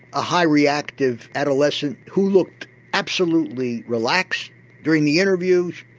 a high reactive adolescent who looked absolutely relaxed during the interview,